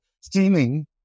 steaming